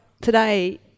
today